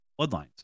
Bloodlines